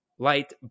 light